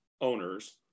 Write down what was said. owners